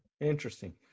Interesting